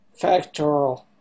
factorial